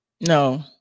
No